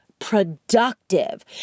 productive